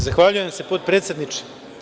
Zahvaljujem, potpredsedniče.